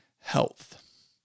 health